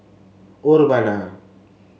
urbana